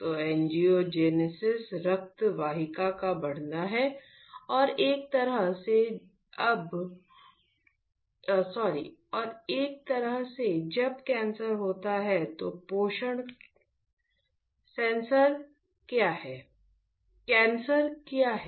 तो एंजियोजेनेसिस रक्त वाहिकाओं का बढ़ना है और एक तरह से जब कैंसर होता है तो पोषण कैंसर क्या है